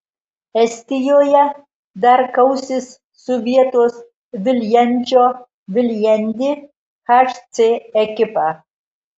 estijoje dar kausis su vietos viljandžio viljandi hc ekipa